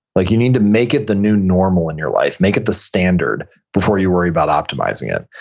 like you need to make it the new normal in your life, make it the standard before you worry about optimizing it.